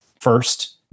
first